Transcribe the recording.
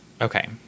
Okay